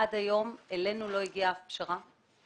עד היום אלינו לא הגיעה פשרה כלשהי.